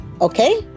Okay